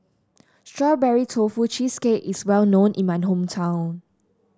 Strawberry Tofu Cheesecake is well known in my hometown